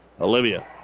Olivia